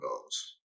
goals